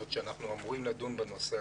אבוטבול, בבקשה.